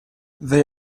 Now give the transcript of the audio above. they